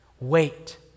Wait